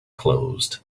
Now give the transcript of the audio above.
closed